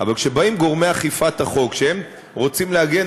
אבל כשבאים גורמי אכיפת החוק שרוצים להגן